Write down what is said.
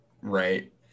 right